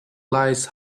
lies